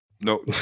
no